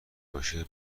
باشه